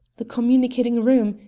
the communicating room,